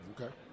okay